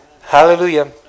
Hallelujah